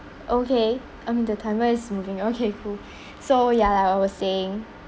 okay I mean the timer is moving okay cool so ya like I was saying